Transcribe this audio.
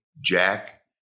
Jack